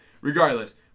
Regardless